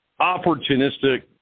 opportunistic